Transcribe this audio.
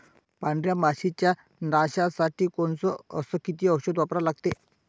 पांढऱ्या माशी च्या नाशा साठी कोनचं अस किती औषध वापरा लागते?